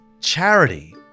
charity